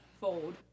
fold